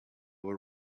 were